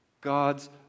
God's